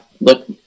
look